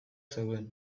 zeuden